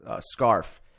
scarf